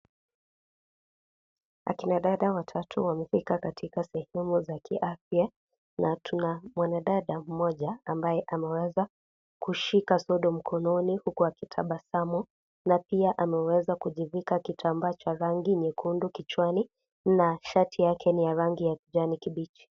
Akina dada watatu wamefika katika sehemu za kiafya, na tuna mwanadada, mmoja, ambaye ameweza kushika sodo mkononi , huku akitabasamu. Na pia ameweza kujifika kitambaa cha rangi nyekundu kichwani na shati yake ni ya rangi ya kijani kibichi.